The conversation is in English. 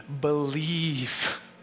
believe